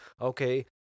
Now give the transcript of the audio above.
okay